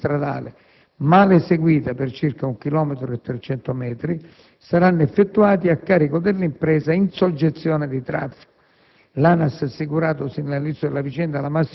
I necessari lavori di ripristino della pavimentazione stradale, male eseguita per circa 1,3 chilometri, saranno effettuati a carico dell'impresa in soggezione di traffico.